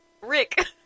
Rick